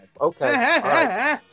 okay